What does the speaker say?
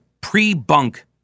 pre-bunk